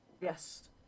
Yes